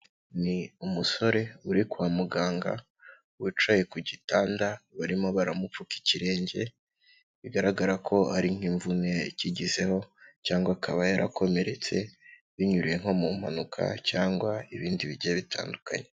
Ni umusore uri kwa muganga wicaye ku gitanda barimo baramupfuka ikirenge, bigaragara ko ari nk'imvune yakigizeho cyangwa akaba yarakomeretse binyuriye nko mu mpanuka cyangwa ibindi bigiye bitandukanye.